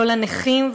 לא לנכים,